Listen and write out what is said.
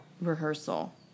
rehearsal